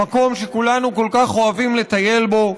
המקום שכולנו כל כך אוהבים לטייל בו,